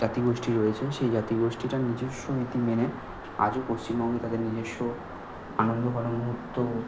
জাতি গোষ্ঠী রয়েছে সেই জাতি গোষ্ঠীটার নিজেস্ব রীতি মেনে আজও পশ্চিমবঙ্গে তাদের নিজস্ব আনন্দঘন মুহুর্ত